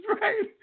right